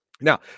Now